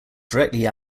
directly